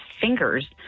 fingers